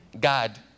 God